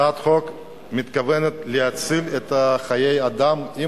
הצעת החוק מתכוונת להציל חיי אדם.